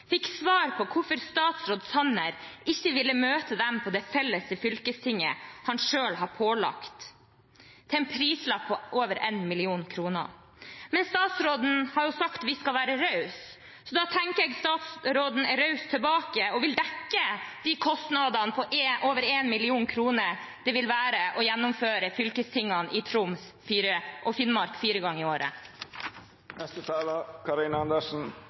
fikk svar på hvorfor statsråd Sanner ikke ville møte dem på det felles fylkestinget han selv har pålagt, til en prislapp på over en million kroner. Men statsråden har sagt at vi skal være rause. Da tenker jeg at statsråden er raus tilbake og vil dekke de kostnadene på over en million kroner det vil være å gjennomføre fylkestingene i Troms og Finnmark fire ganger i året.